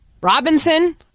Robinson